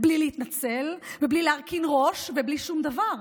בלי להתנצל ובלי להרכין ראש ובלי שום דבר?